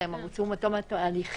זה עד תום ההליכים,